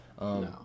No